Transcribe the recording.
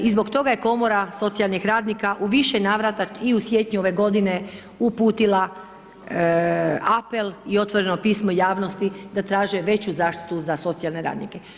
I zbog toga je Komora socijalnih radnika u više navrata i u siječnju ove godine uputila apel i otvoreno pismo javnosti da traže veću zaštitu za socijalne radnike.